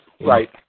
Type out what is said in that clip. Right